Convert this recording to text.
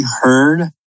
heard